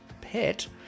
Pet